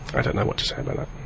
i don't know what to say about um